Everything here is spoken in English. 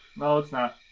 no it's not.